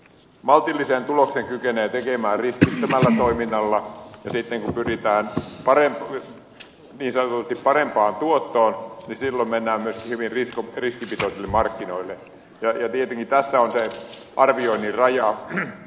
maltillisen tuloksen kykenee tekemään riskittömällä toiminnalla ja sitten kun pyritään niin sanotusti parempaan tuottoon silloin mennään myöskin hyvin riskipitoisille markkinoille ja tietenkin tässä on se arvioinnin raja missä liikutaan